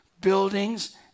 buildings